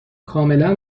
کاملا